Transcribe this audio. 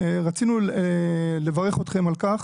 רצינו לברך אתכם על כך,